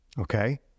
Okay